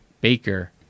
Baker